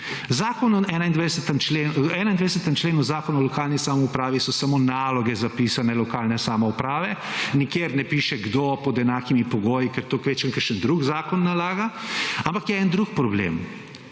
21. členu Zakona o lokalni samoupravi so samo naloge zapisane lokalne samouprave. Nikjer ne piše, kdo pod enakimi pogoji, ker to kvečjemu kakšen drug zakon nalaga. Ampak je en drug problem.